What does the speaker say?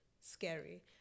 scary